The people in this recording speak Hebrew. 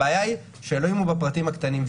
הבעיה היא שאלוהים הוא בפרטים הקטנים,